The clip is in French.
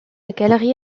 galerie